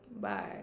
bye